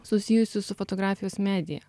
susijusius su fotografijos medija